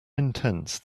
intense